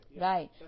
Right